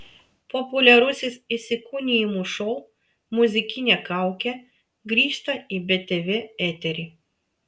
populiarusis įsikūnijimų šou muzikinė kaukė grįžta į btv eterį